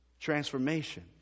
Transformation